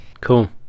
cool